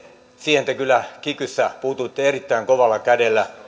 siihen te kyllä kikyssä puutuitte erittäin kovalla kädellä